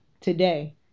today